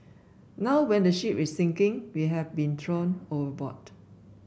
now when the ship is sinking we have been thrown overboard